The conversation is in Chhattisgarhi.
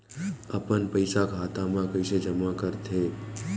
अपन पईसा खाता मा कइसे जमा कर थे?